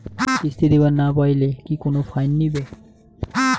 কিস্তি দিবার না পাইলে কি কোনো ফাইন নিবে?